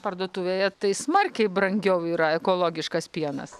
parduotuvėje tai smarkiai brangiau yra ekologiškas pienas